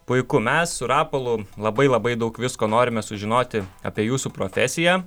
puiku mes su rapolu labai labai daug visko norime sužinoti apie jūsų profesiją